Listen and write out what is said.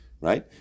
right